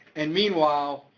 and meanwhile,